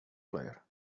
player